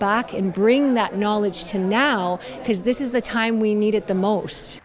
back and bring that knowledge to now because this is the time we need it the most